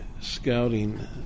scouting